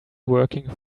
working